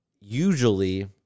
usually